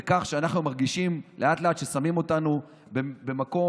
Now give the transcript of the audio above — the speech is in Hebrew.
כי אנחנו מרגישים לאט-לאט ששמים אותנו במקום,